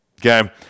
Okay